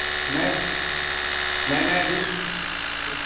नहि नहि नहि